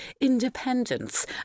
independence